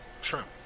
shrimp